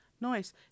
Nice